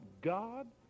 God